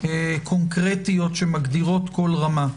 קונקרטיות שמגדירות כל רמה.